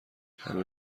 همه